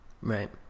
Right